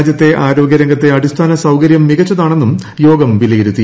രാജ്യത്തെ ആരോഗ്യ രംഗത്തെ അടിസ്ഥാന സൌകരൃം മികച്ചതാണെന്നും യോഗം വിലയിരുത്തി